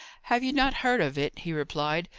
have you not heard of it? he replied,